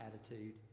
attitude